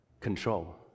control